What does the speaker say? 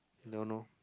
don't know